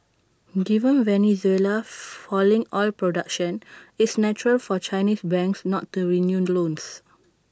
given Venezuela's falling oil production it's natural for Chinese banks not to renew loans